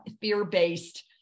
fear-based